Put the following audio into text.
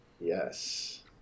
Yes